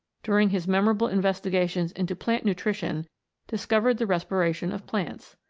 during his memorable investigations into plant nutrition discovered the respiration of plants.